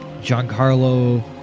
Giancarlo